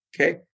okay